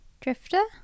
Drifter